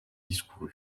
discourut